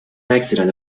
accident